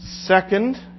Second